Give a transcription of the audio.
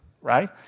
right